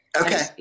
Okay